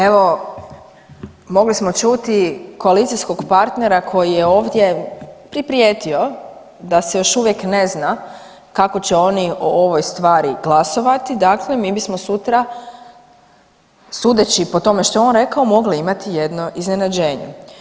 Evo, mogli smo čuti koalicijskog partnera koji je ovdje priprijetio da se još uvijek ne zna kako će oni o ovoj stvari glasovati, dakle mi bismo sutra sudeći po tome što je on rekao, mogli imati jedno iznenađenje.